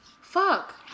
Fuck